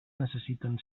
necessiten